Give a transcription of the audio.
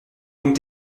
donc